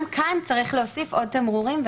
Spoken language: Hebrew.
גם כאן צריך להוסיף עוד תמרורים.